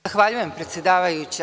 Zahvaljujem predsedavajuća.